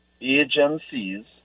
agencies